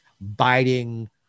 biting